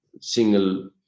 single